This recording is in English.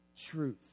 truth